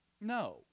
No